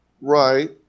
Right